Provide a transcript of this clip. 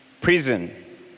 prison